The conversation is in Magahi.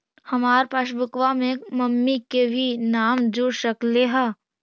हमार पासबुकवा में मम्मी के भी नाम जुर सकलेहा?